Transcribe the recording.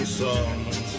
songs